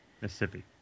Mississippi